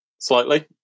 slightly